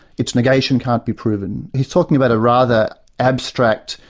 its negation can't be proven. he's talking about a rather abstract,